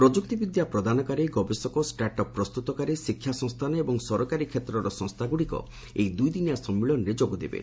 ପ୍ରଯ୍ତକ୍ତିବିଦ୍ୟା ପ୍ରଦାନକାରୀ ଗବେଷକ startup ପ୍ରସ୍ତତକାରୀ ଶିକ୍ଷା ସଂସ୍ଥାନ ଏବଂ ସରକାରୀ କ୍ଷେତ୍ରର ସଂସ୍ଥାଗୁଡ଼ିକ ଏହି ଦୁଇଦିନିଆ ସମ୍ମିଳନୀରେ ଯୋଗ ଦେବେ